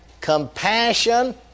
compassion